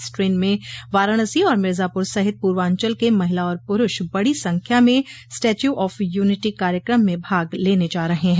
इस ट्रेन में वाराणसी और मिर्जापुर सहित पूर्वांचल के महिला और पुरूष बड़ी संख्या में स्टेच्यू ऑफ यूनिटी कार्यक्रम में भाग लेने जा रहे हैं